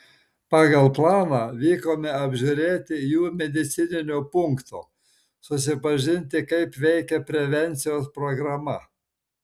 pagal planą vykome apžiūrėti jų medicininio punkto susipažinti kaip veikia prevencijos programa